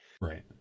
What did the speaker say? Right